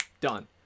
done